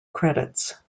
credits